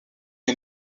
est